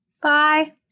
Bye